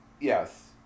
Yes